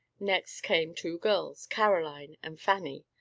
next came two girls, caroline and fanny,